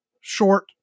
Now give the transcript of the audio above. short